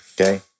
Okay